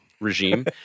regime